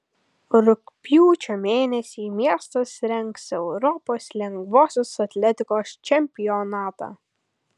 rugpjūčio mėnesį miestas rengs europos lengvosios atletikos čempionatą